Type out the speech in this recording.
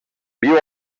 viu